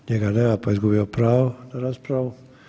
Njega nema pa je izgubio pravo na raspravu.